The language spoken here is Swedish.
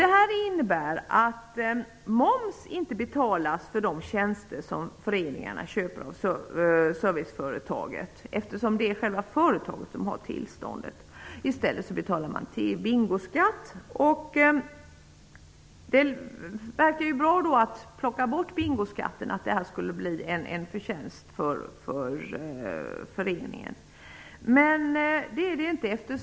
Det innebär att moms inte betalas för de tjänster som föreningarna köper av serviceföretaget, eftersom det är själva företaget som har tillståndet. I stället betalar man bingoskatt. Det verkar då som om det skulle bli en förtjänst för föreningen om man plockar bort bingoskatten.